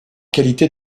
qualité